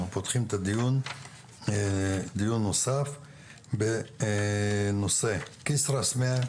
אנחנו פותחים את הדיון הנוסף בנושא כיסרא סמיע,